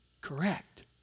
correct